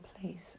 place